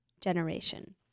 generation